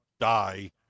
die